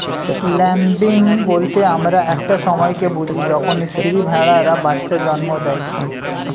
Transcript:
lambing বলতে আমরা একটা সময় কে বুঝি যখন স্ত্রী ভেড়ারা বাচ্চা জন্ম দেয়